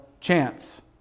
chance